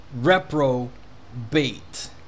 reprobate